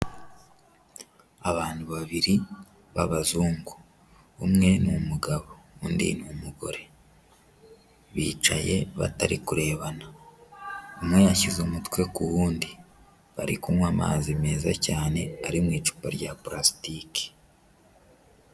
Abantu babiri b'abazungu, umwe n'umugabo undi ni umugore, bicaye batari kurebana, umwe yashyize umutwe ku wundi, bari kunywa amazi meza cyane ari mu icupa rya parasitiki.